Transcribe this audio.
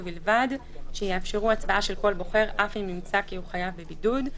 ובלבד שיאפשרו הצבעה של כל בוחר אף אם נמצא כי הוא חייב בבידוד".